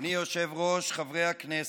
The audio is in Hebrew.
אדוני היושב-ראש, חברי הכנסת,